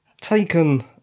taken